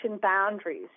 boundaries